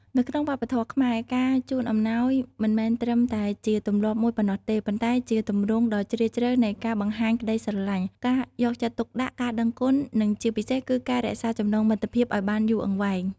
នៅក្នុងវប្បធម៌ខ្មែរ ការជូនអំណោយមិនមែនត្រឹមតែជាទម្លាប់មួយប៉ុណ្ណោះទេ ប៉ុន្តែជាទម្រង់ដ៏ជ្រាលជ្រៅនៃការបង្ហាញក្តីស្រឡាញ់ ការយកចិត្តទុកដាក់ ការដឹងគុណ និងជាពិសេសគឺការរក្សាចំណងមិត្តភាពឱ្យបានយូរអង្វែង។